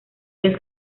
dios